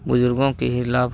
बुज़ुर्गों के ही लाभ